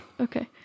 Okay